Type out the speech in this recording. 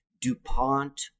DuPont